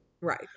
Right